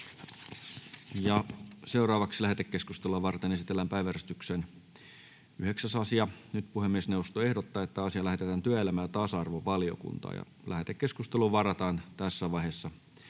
Content: Lähetekeskustelua varten esitellään päiväjärjestyksen 9. asia. Puhemiesneuvosto ehdottaa, että asia lähetetään työelämä- ja tasa-arvovaliokuntaan. Lähetekeskusteluun varataan tässä vaiheessa